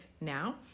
now